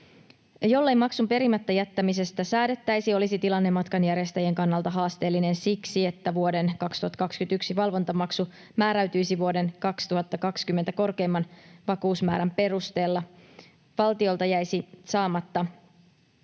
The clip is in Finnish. Jollei maksun perimättä jättämisestä säädettäisi, olisi tilanne matkanjärjestäjien kannalta haasteellinen siksi, että vuoden 2021 valvontamaksu määräytyisi vuoden 2020 korkeimman vakuusmäärän perusteella. Valtiolta jäisi saamatta tämän